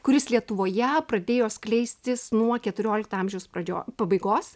kuris lietuvoje pradėjo skleistis nuo keturiolikto amžiaus pradžio pabaigos